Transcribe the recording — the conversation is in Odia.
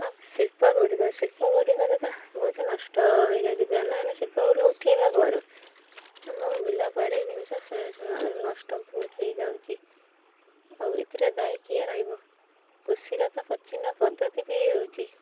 ଆଉ ଶିଳ୍ପ ଗୁଡ଼ିକ ଶିଳ୍ପ ଗୁଡ଼ିକରେ ତ ବହୁତ ନଷ୍ଟ ହେଇଯାଉଛି ଯାନହାନୀ ଶିଳ୍ପ ଗୁଡ଼ିକ ଉଠେଇବା କୁଆଡ଼ୁ ଆମ ବିଲ ବାଡ଼ି ଜିନିଷ ନଷ୍ଟ ବହୁତ ହେଇଯାଉଛି ଆଉ ଏଥିରେ ଦାୟୀ କିଏ ରହିବ କୃଷିର ତ ପ୍ରାଚୀନ ପଦ୍ଧତି ବି ଇଏ ହେଉଛି